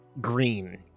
green